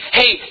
hey